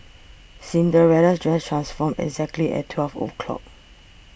Cinderella's dress transformed exactly at twelve o'clock